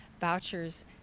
Vouchers